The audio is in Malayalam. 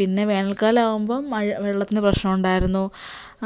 പിന്നെ വേനൽക്കാലം ആവുമ്പോൾ മഴ വെള്ളത്തിന് പ്രശ്നമുണ്ടായിരുന്നു